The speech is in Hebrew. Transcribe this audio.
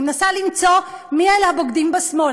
אני מנסה למצוא מי אלה הבוגדים, בשמאל.